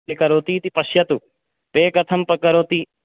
pay करोतीति पश्यतु pay कथं करोति